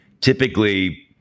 typically